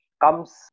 comes